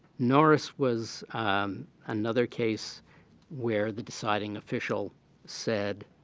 norris was another case where the deciding official said